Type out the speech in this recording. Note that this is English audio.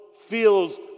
feels